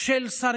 החלטה של שרים,